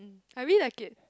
I really like it